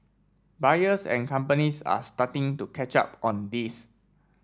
buyers and companies are starting to catch up on this